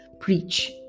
preach